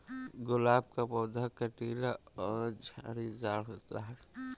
गुलाब का पौधा कटीला और झाड़ीदार होता है